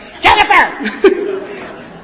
Jennifer